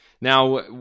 Now